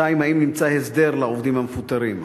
2. האם נמצא הסדר לעובדים המפוטרים?